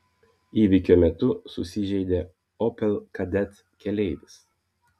įvykio metu susižeidė opel kadett keleivis